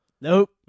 Nope